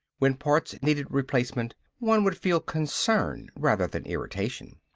when parts needed replacement one would feel concern rather than irritation.